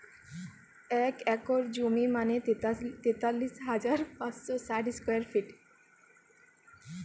এক একর জমি মানে তেতাল্লিশ হাজার পাঁচশ ষাট স্কোয়ার ফিট